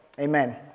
Amen